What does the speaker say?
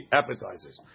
appetizers